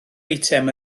eitem